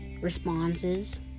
Responses